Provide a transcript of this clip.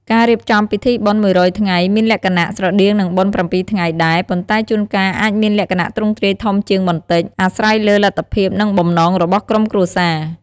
ការរៀបចំពិធីបុណ្យមួយរយថ្ងៃមានលក្ខណៈស្រដៀងនឹងបុណ្យប្រាំពីរថ្ងៃដែរ ប៉ុន្តែជួនកាលអាចមានលក្ខណៈទ្រង់ទ្រាយធំជាងបន្តិច អាស្រ័យលើលទ្ធភាព និងបំណងរបស់ក្រុមគ្រួសារ។